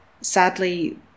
Sadly